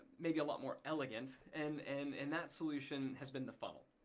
maybe a lot more elegant and and and that solution has been the funnel.